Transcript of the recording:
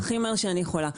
אני אשתדל הכי מהר שאני יכולה.